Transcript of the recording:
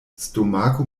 stomako